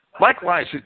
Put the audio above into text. Likewise